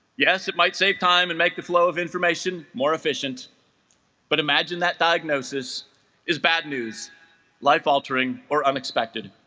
yes it might save time and make the flow of information more efficient but imagine that diagnosis is bad news life-altering or unexpected